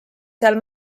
seal